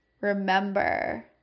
remember